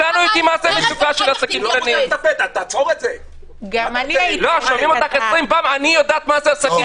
את אומרת עשרים פעם: אני יודעת מה זה עסקים